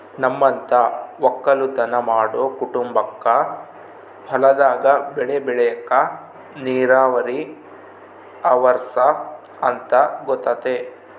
ನಮ್ಮಂತ ವಕ್ಕಲುತನ ಮಾಡೊ ಕುಟುಂಬಕ್ಕ ಹೊಲದಾಗ ಬೆಳೆ ಬೆಳೆಕ ನೀರಾವರಿ ಅವರ್ಸ ಅಂತ ಗೊತತೆ